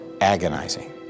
agonizing